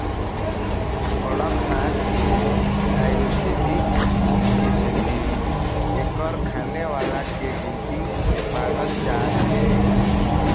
कड़कनाथ के आयुरबेदिक गुन के सेती एखर खाने वाला के गिनती बाढ़त जात हे